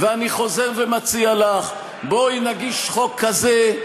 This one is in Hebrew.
ואני חוזר ומציע לך: בואי נגיש חוק כזה,